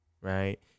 right